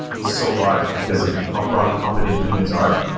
is so large, because of how broadly competent humans are,